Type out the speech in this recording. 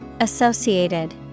Associated